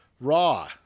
Raw